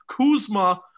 Kuzma